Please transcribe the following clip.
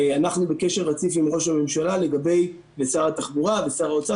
אנחנו בקשר רציף עם ראש הממשלה ועם שר התחבורה ועם שר האוצר